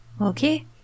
Okay